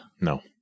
No